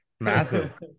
massive